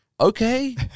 Okay